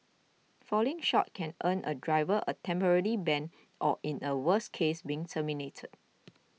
falling short can earn a driver a temporary ban or in a worse case being terminated